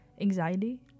anxiety